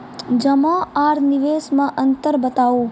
जमा आर निवेश मे अन्तर बताऊ?